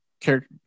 character